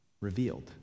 revealed